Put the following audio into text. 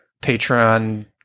Patreon